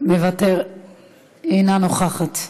אינה נוכחת,